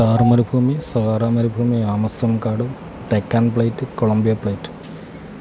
താർ മരുഭൂമി സഹാറ മരുഭൂമി ആമസോൺ കാട് ഡെക്കാൻ പ്ലേറ്റ് കൊളംബിയ പ്ലേറ്റ്